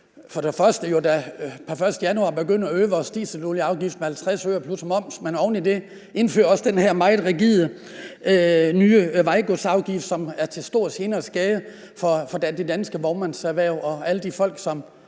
for det første pr. 1. januar begynder at øge vores dieselolieafgift med 50 øre plus moms, og at man for det andet oven i det indfører den her meget rigide nye vejgodsafgift, som er til stor gene og skade for det danske vognmandserhverv og alle de folk,